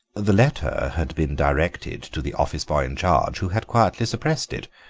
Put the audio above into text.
the letter had been directed to the office-boy-in-charge, who had quietly suppressed it.